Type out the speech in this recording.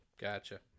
Gotcha